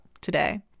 today